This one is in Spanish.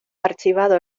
archivado